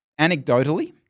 anecdotally